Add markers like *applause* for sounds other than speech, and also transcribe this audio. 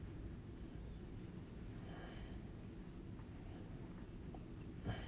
*breath*